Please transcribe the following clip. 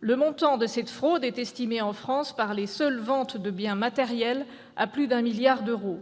Le montant de cette fraude est estimé en France, pour les seules ventes de biens matériels, à plus de 1 milliard d'euros.